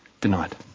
denied